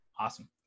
Awesome